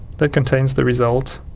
that contains the result